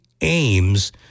aims